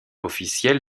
officiel